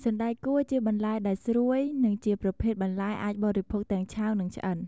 សណ្តែកគួរ ជាបន្លែដែលស្រួយ និងជាប្រភេទបន្លែអាចបរិភោគទាំងឆៅនិងឆ្អិន។